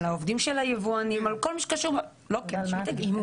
על העובדים שלהם על כל מה שקשור בשרשרת הגידול.